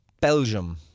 Belgium